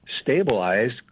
stabilized